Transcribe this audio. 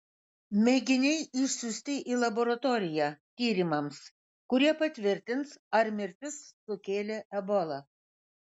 mėginiai išsiųsti į laboratoriją tyrimams kurie patvirtins ar mirtis sukėlė ebola